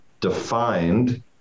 defined